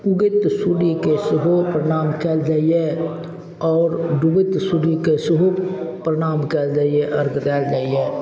उगैत सूर्यके सेहो प्रणाम कयल जाइए आओर डुबैत सूर्यके सेहो प्रणाम कयल जाइए अर्घ देल जाइए